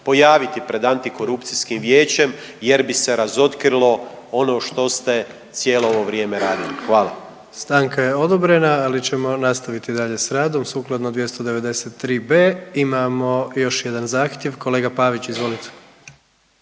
pojaviti pred Antikorupcijskim vijećem, jer bi se razotkrilo ono što ste cijelo ovo vrijeme radili. Hvala. **Jandroković, Gordan (HDZ)** Stanka je odobrena, ali ćemo nastaviti dalje sa radom. Sukladno 293b. imamo još jedan zahtjev kolega Pavić, izvolite.